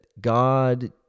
God